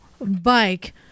bike